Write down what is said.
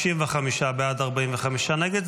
55 בעד, 45 נגד.